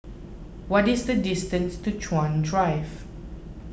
what is the distance to Chuan Drive